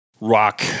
rock